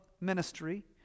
ministry